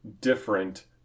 different